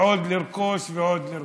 ועוד לרכוש ועוד לרכוש.